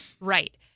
Right